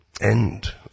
end